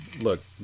look